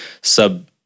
sub